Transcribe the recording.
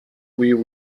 will